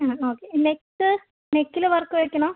ആ okay neck നെക്കിൽ work വയ്ക്കണോ